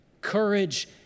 Courage